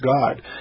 God